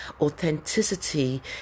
authenticity